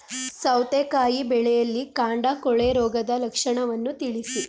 ಸೌತೆಕಾಯಿ ಬೆಳೆಯಲ್ಲಿ ಕಾಂಡ ಕೊಳೆ ರೋಗದ ಲಕ್ಷಣವನ್ನು ತಿಳಿಸಿ?